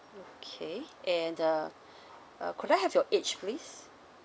okay and uh uh could I have your age please